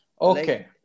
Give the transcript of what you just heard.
Okay